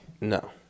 No